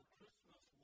Christmas